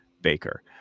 baker